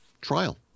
trial